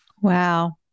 Wow